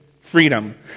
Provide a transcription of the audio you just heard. freedom